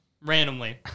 randomly